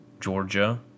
Georgia